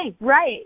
Right